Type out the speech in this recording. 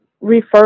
refer